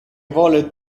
vole